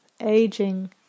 aging